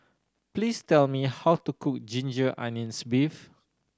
please tell me how to cook ginger onions beef